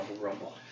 rumble